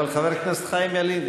אבל חבר הכנסת חיים ילין,